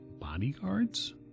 bodyguards